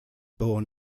born